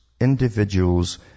individuals